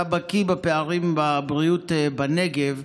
אתה בקי בפערים בבריאות בנגב.